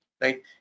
right